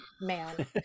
man